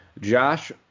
Josh